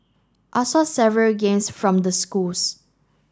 I saw several games from the schools